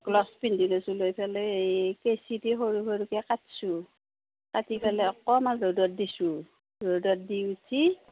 gloves পিন্ধি লৈছোঁ লৈ পেলাই হেৰি কেঁচি দি সৰু সৰুকে কাটিছোঁ কাটি পেলাই অকণমান ৰ'দত দিছোঁ ৰ'দত দি উঠি